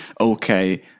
okay